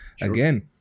Again